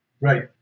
Right